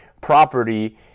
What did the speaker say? property